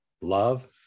love